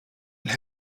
und